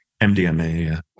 mdma